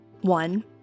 One